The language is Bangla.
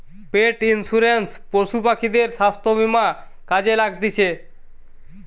পেট ইন্সুরেন্স পশু পাখিদের স্বাস্থ্য বীমা কাজে লাগতিছে